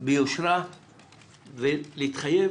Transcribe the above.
ביושרה ולהתחייב